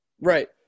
Right